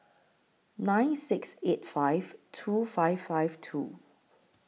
nine six eight five two five five two